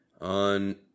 On